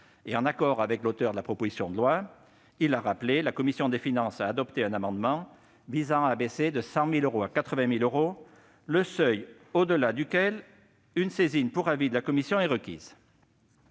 et en accord avec l'auteur de la proposition de loi, la commission des finances a adopté un amendement visant à abaisser de 100 000 euros à 80 000 euros le seuil au-delà duquel une saisine pour avis de la commission est requise.